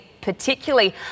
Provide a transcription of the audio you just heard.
particularly